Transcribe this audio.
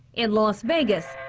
in las vegas